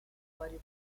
vari